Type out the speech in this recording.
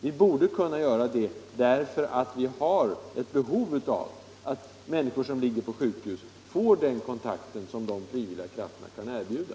Vi borde göra det, eftersom det finns ett behov av att människor som ligger på sjukhus får den kontakt som de frivilliga krafterna kan erbjuda.